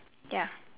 ya